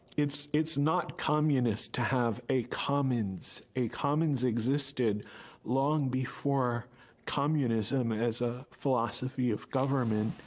it's it's not communist to have a commons, a commons existed long before communism as a philosophy of government.